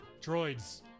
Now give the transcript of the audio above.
Droids